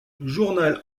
journal